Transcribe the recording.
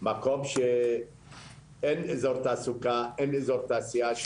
הוא מקום שאין אזור תעסוקה, אין אזור תעשייה.